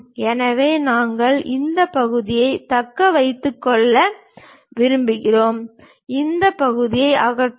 எனவே நாங்கள் அந்த பகுதியை தக்க வைத்துக் கொள்ள விரும்புகிறோம் இந்த பகுதியை அகற்றவும்